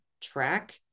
track